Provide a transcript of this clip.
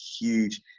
huge